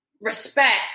respect